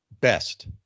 best